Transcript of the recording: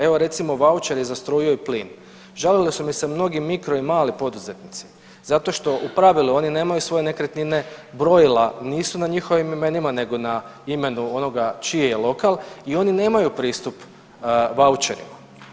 Evo recimo vaučeri za struju i plin, žalili su mi se mnogi mikro i mali poduzetnici zato što u pravilu oni nemaju svoje nekretnine, brojila nisu na njihovim imenima nego na imenu onoga čiji je lokal i oni nemaju pristup vaučerima.